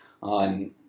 on